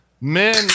men